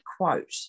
quote